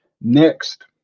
Next